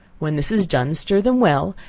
when this is done stir them well,